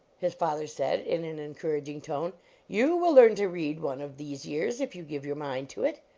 his father said, in an en couraging tone you will learn to read one of these years if you give your mind to it.